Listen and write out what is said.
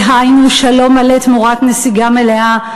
דהיינו שלום מלא תמורת נסיגה מלאה.